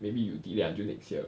maybe you delay until next year